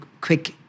quick